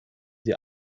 sie